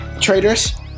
Traitors